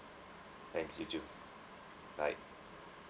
thanks you too bye